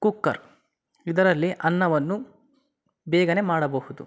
cooker ಇದರಲ್ಲಿ ಅನ್ನವನ್ನು ಬೇಗ ಮಾಡಬಹುದು